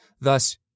Thus